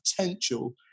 potential